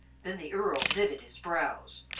then the earl knitted his brows.